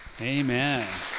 Amen